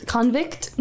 Convict